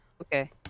Okay